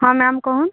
ହଁ ମ୍ୟାମ୍ କୁହନ୍ତୁ